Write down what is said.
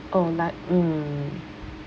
oh but mm